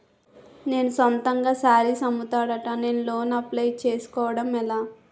నేను సొంతంగా శారీస్ అమ్ముతాడ, నేను లోన్ అప్లయ్ చేసుకోవడం ఎలా?